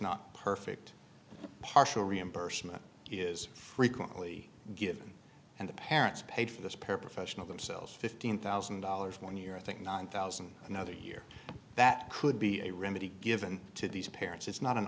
not perfect partial reimbursement is frequently given and the parents paid for this purpose of themselves fifteen thousand dollars one year i think nine thousand another year that could be a remedy given to these parents it's not an